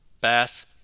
bath